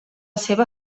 seva